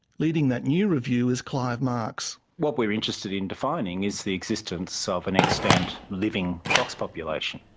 leading that new review is clive marks. what we're interested in defining is the existence of an extant, living fox population.